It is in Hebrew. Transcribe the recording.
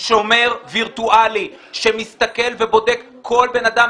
שומר וירטואלי שמסתכל ובודק כל אדם,